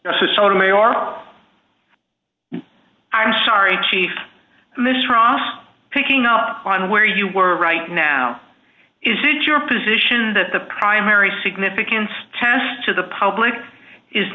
or i'm sorry chief misra picking up on where you were right now is it your position that the primary significance test to the public is